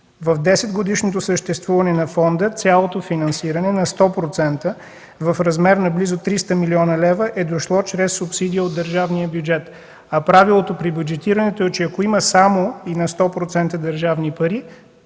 В 10-годишното съществуване на Фонда цялото финансиране – на 100%, в размер на близо 300 млн. лв., е дошло чрез субсидия от държавния бюджет. Правилото при бюджетирането е, че ако има само и на 100% държавни пари,